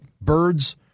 birds